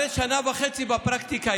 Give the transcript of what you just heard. הרי שנה וחצי בפרקטיקה,